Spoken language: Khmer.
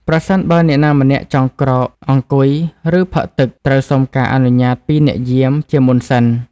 ប្រសិនបើអ្នកណាម្នាក់ចង់ក្រោក អង្គុយ ឬផឹកទឹក ត្រូវសុំការអនុញ្ញាតពីអ្នកយាម ជាមុនសិន។